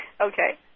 Okay